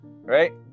right